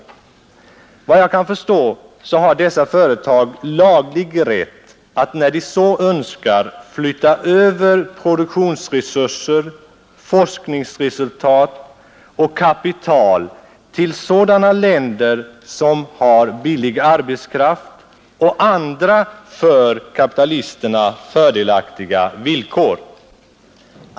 Enligt vad jag kan förstå har detta företag laglig rätt att när det så önskar flytta över produktionsresurser, forskningsresultat och kapital till sådana länder som har billig arbetskraft och andra för kapitalisterna fördelaktiga villkor.